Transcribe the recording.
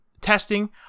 testing